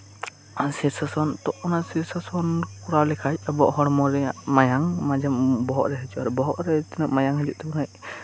ᱟᱨ ᱚᱱᱟ ᱥᱤᱨᱥᱟᱥᱚᱱ ᱠᱚᱨᱟᱣ ᱞᱮᱠᱷᱟᱱ ᱟᱵᱚᱣᱟᱜ ᱦᱚᱲᱢᱚ ᱨᱮᱭᱟᱜ ᱢᱟᱭᱟᱢ ᱨᱮᱭᱟᱜ ᱵᱚᱦᱚᱜ ᱨᱮ ᱦᱤᱡᱩᱜ ᱛᱟᱵᱚᱱᱟ